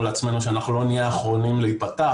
לעצמנו שאנחנו לא נהיה אחרונים להיפתח,